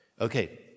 Okay